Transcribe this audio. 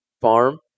farm